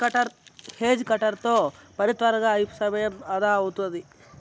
hedge cutter తో పని త్వరగా అయి సమయం అదా అవుతాది